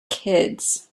kids